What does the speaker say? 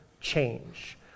change